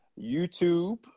YouTube